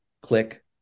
click